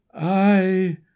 I